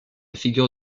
figure